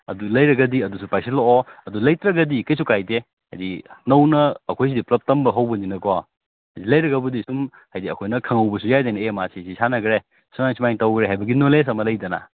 ꯑꯗꯨ ꯂꯩꯔꯒꯗꯤ ꯑꯗꯨꯁꯨ ꯄꯥꯏꯁꯜꯂꯛꯑꯣ ꯑꯗꯨ ꯂꯩꯇ꯭ꯔꯒꯗꯤ ꯀꯩꯁꯨ ꯀꯥꯏꯗꯦ ꯍꯥꯏꯗꯤ ꯅꯧꯅ ꯑꯩꯈꯣꯏꯁꯤꯗ ꯄꯨꯂꯞ ꯇꯝꯕ ꯍꯧꯕꯅꯤꯅꯀꯣ ꯂꯩꯔꯒꯕꯨꯗꯤ ꯁꯨꯝ ꯍꯥꯏꯗꯤ ꯑꯩꯈꯣꯏꯅ ꯈꯪꯍꯧꯕꯁꯨ ꯌꯥꯏꯗꯅ ꯑꯦ ꯃꯥ ꯁꯤ ꯁꯤ ꯁꯥꯟꯅꯈ꯭ꯔꯦ ꯁꯨꯃꯥꯏ ꯁꯨꯃꯥꯏꯅ ꯇꯧꯈ꯭ꯔꯦ ꯍꯥꯏꯕꯒꯤ ꯅꯣꯂꯦꯖ ꯑꯃ ꯂꯩꯗꯅ